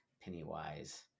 Pennywise